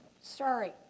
Sorry